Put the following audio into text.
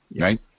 right